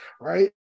right